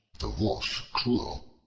the wolf cruel,